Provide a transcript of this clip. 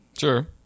Sure